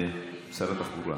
שר התחבורה.